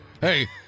Hey